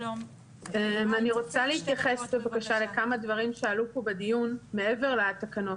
אני רוצה להתייחס בבקשה לכמה דברים שעלו פה בדיון מעבר לתקנות.